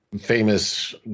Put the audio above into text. famous